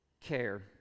care